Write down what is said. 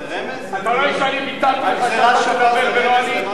אתה רואה שאני ביטלתי, זה רמז, אדוני?